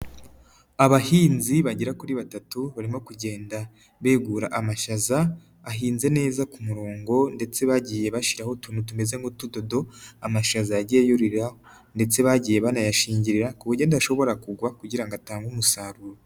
Abahinzi bagera kuri batatu, barimo kugenda begura amashaza, ahinze neza ku murongo ndetse bagiye bashyiraho utuntu tumeze nk'utudodo, amashaza yagiye yurira ndetse bagiye banayashingirira ku buryo adashobora kugwa kugira ngo atange umusaruro.